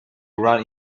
run